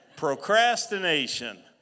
procrastination